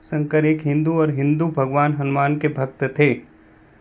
शंकर एक हिंदू और हिंदू भगवान हनुमान के भक्त थे